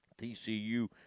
TCU –